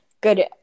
good